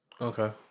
okay